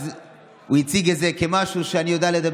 אז הוא הציג את זה כמשהו כנגד,